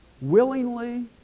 willingly